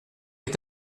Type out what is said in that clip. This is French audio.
est